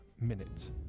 minute